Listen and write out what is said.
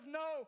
no